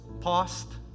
past